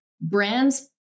brands